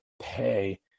pay